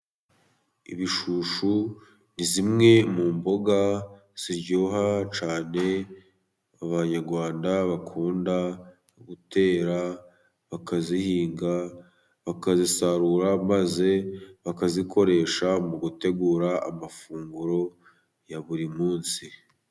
Ibishushu ni zimwe mu mboga ziryoha cyane abanyarwanda bakunda gutera, bakazihinga, bakazisarura, maze bakazikoresha mu gutegura amafunguro ya buri munsi.